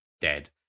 dead